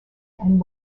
and